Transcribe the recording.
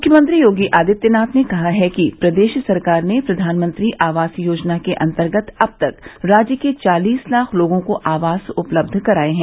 मुख्यमंत्री योगी आदित्यनाथ ने कहा कि प्रदेश सरकार ने प्रधानमंत्री आवास योजना के अंतर्गत अब तक राज्य के चालिस लाख लोगों को आवास उपलब्ध कराए हैं